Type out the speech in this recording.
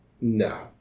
no